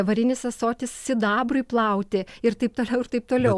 varinis ąsotis sidabrui plauti ir taip toliau ir taip toliau